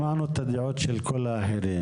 שמענו את הדעות של כל האחרים,